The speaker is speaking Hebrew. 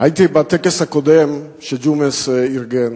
הייתי בטקס הקודם שג'ומס ארגן,